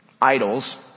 idols